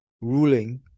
ruling